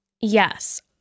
Yes